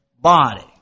body